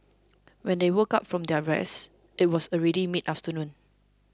when they woke up from their rest it was already mid afternoon